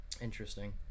Interesting